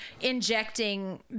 injecting